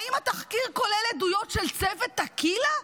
האם התחקיר כולל עדויות של צוות טקילה?